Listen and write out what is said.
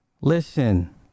Listen